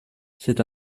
c’est